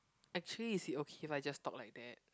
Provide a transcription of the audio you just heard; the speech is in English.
actually is it okay if I just talk like that